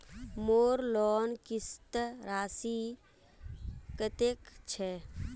मोर लोन किस्त राशि कतेक छे?